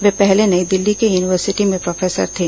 वे पहले नई दिल्ली की यूनिवर्सिटी में प्रोफेसर थे